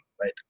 right